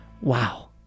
Wow